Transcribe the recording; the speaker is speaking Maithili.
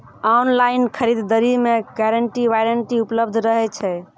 ऑनलाइन खरीद दरी मे गारंटी वारंटी उपलब्ध रहे छै?